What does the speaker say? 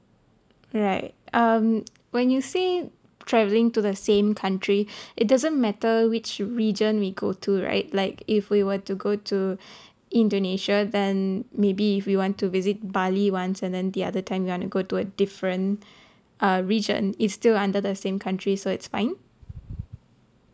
right um when you say travelling to the same country it doesn't matter which region we go to right like if we were to go to indonesia then maybe if we want to visit bali once and then the other time we want to go to a different uh region it's still under the same country so it's fine